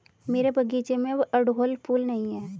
मेरे बगीचे में अब अड़हुल फूल नहीं हैं